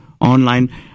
online